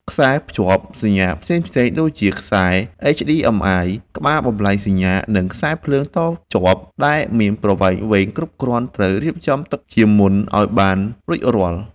ខ្សែភ្ជាប់សញ្ញាផ្សេងៗ ដូចជាខ្សែ HDMI ក្បាលបំប្លែងសញ្ញា និងខ្សែភ្លើងតភ្ជាប់ដែលមានប្រវែងវែងគ្រប់គ្រាន់ ត្រូវរៀបចំទុកជាមុនឱ្យបានរួចរាល់។